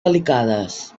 delicades